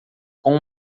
com